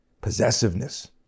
possessiveness